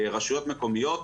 ברשויות מקומיות,